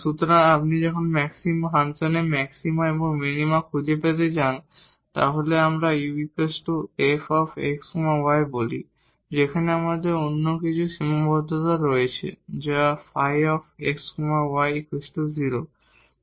সুতরাং যদি আপনি ফাংশনের ম্যাক্সিমা এবং মিনিমা খুঁজে পেতে চান তাহলে আমরা u f x y বলি যেখানে আমাদের অন্য কিছু সীমাবদ্ধতা রয়েছে যা ϕ x y 0